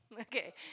Okay